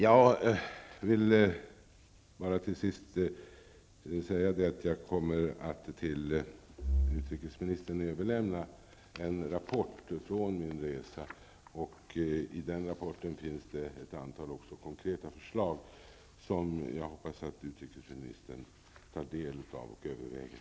Jag vill till sist bara säga att jag kommer att till utrikesministern överlämna en rapport från min resa. I den rapporten finns det också ett antal konkreta förslag som jag hoppas att utrikesministern tar del av och överväger.